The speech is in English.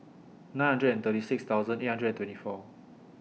nine hundred and thirty six thousand eight hundred and twenty four